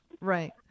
Right